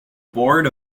board